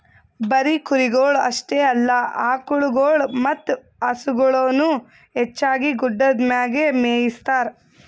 ಬರೀ ಕುರಿಗೊಳ್ ಅಷ್ಟೆ ಅಲ್ಲಾ ಆಕುಳಗೊಳ್ ಮತ್ತ ಹಸುಗೊಳನು ಹೆಚ್ಚಾಗಿ ಗುಡ್ಡದ್ ಮ್ಯಾಗೆ ಮೇಯಿಸ್ತಾರ